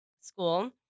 school